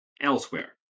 elsewhere